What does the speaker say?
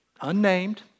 unnamed